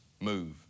Move